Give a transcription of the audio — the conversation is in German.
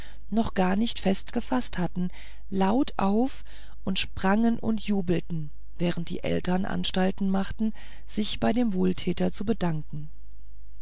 noch gar nicht fest gefaßt hatten laut auf und sprangen und jubelten während die eltern anstalten machten sich bei dem wohltäter zu bedanken